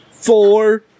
Four